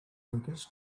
workers